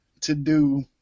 to-do